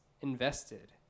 invested